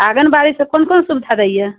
आँगनबाड़ीसँ कोन कोन सुविधा दैए